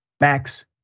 Max